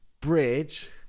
bridge